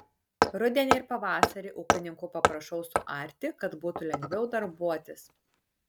rudenį ir pavasarį ūkininkų paprašau suarti kad būtų lengviau darbuotis